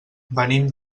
venim